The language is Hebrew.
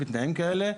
בתנאים כאלה,